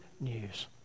news